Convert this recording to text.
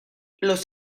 los